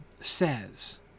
says